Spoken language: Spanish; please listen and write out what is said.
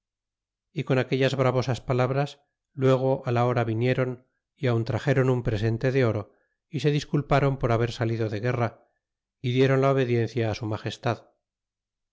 y con aquellas bravosas palabras luego á la hora vinieron y aun traxéron un presente de oro y se disculparon por haber salido de guerra y dieron la obediencia á su magestad